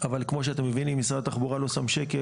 אבל כמו שאתם מבינים משרד התחבורה לא שם שקל